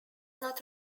not